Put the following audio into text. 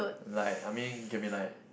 like I mean can be like